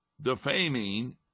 defaming